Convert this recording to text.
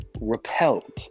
repelled